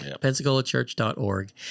PensacolaChurch.org